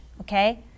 okay